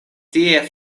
tie